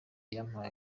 yampaye